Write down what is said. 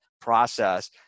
process